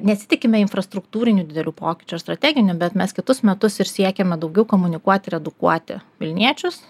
nesitikime infrastruktūrinių didelių pokyčių strateginių bet mes kitus metus ir siekiame daugiau komunikuoti ir edukuoti vilniečius